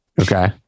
Okay